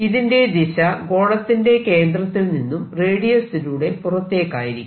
ഇതിന്റെ ദിശ ഗോളത്തിന്റെ കേന്ദ്രത്തിൽ നിന്നും റേഡിയസിലൂടെ പുറത്തേക്കായിരിക്കും